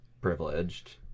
privileged